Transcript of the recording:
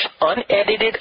unedited